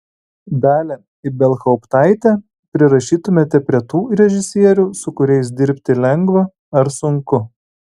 dalią ibelhauptaitę prirašytumėte prie tų režisierių su kuriais dirbti lengva ar sunku